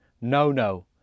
no-no